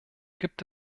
gibt